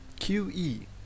QE